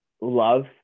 love